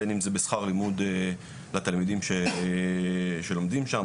בין אם זה בשכר לימוד לתלמידים שלומדים שם,